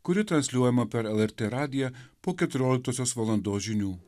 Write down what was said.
kuri transliuojama per lrt radiją po keturioliktosios valandos žinių